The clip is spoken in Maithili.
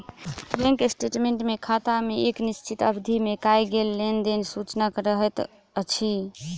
बैंक स्टेटमेंट मे खाता मे एक निश्चित अवधि मे कयल गेल लेन देनक सूचना रहैत अछि